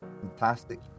fantastic